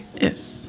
Yes